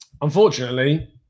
Unfortunately